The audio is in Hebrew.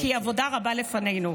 כי עבודה רבה לפנינו.